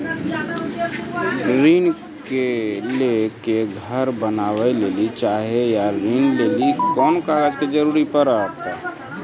ऋण ले के घर बनावे लेली चाहे या ऋण लेली कोन कागज के जरूरी परतै?